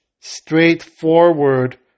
straightforward